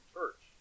Church